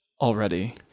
already